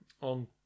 on